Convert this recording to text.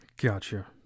Gotcha